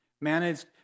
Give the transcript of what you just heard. managed